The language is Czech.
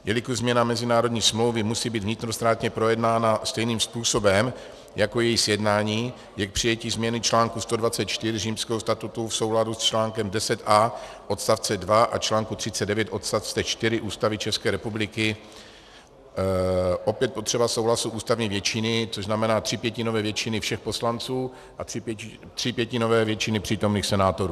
Jelikož změna mezinárodní smlouvy musí být vnitrostátně projednána stejným způsobem jako její sjednání, je k přijetí změny článku 124 Římského statutu v souladu s článkem 10a odst. 2 a článku 39 odst. 4 Ústavy ČR opět je potřeba souhlasu ústavní většiny, což znamená třípětinové většiny všech poslanců a třípětinové většiny přítomných senátorů.